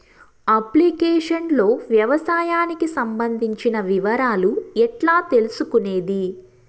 Application లో వ్యవసాయానికి సంబంధించిన వివరాలు ఎట్లా తెలుసుకొనేది?